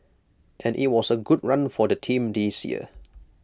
and IT was A good run for the team this year